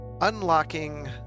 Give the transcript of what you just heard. Unlocking